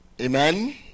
Amen